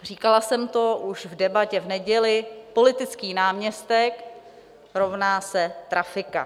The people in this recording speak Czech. Říkala jsem to už v Debatě v neděli, politický náměstek rovná se trafika.